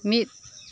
ᱢᱤᱫ